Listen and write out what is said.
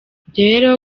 rero